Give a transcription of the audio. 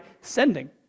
sending